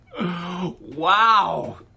Wow